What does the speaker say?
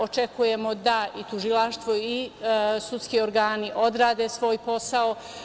Očekujemo da i tužilaštvo i sudski organi odrede svoj posao.